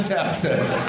Texas